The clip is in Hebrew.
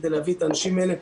כדי להביא האנשים האלה,